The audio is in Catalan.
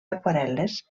aquarel·les